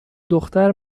دختر